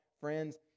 Friends